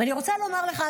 ואני רוצה לומר לך,